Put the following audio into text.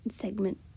segment